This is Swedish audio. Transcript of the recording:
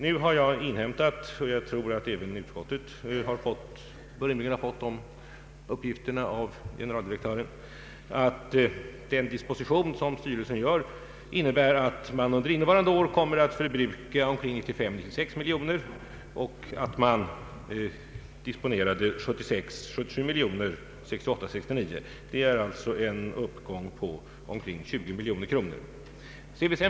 Nu har jag inhämtat — och jag tror att även utskottet har fått de uppgifterna av generaldirektören — att den disposition som styrelsen gör innebär att man under innevarande år kommer att förbruka 95—96 miljoner kronor. 1968/ 69 disponerades 76—77 miljoner. Det är alltså en uppgång med omkring 20 miljoner kronor.